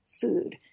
food